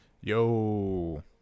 Yo